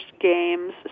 games